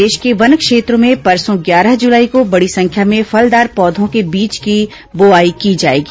प्रदेश के वन क्षेत्रों में परसों ग्यारह जुलाई को बड़ी संख्या में फलदार पौधों के बीज की बोआई की जाएगी